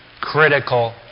critical